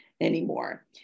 anymore